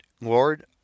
Lord